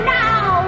now